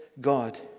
God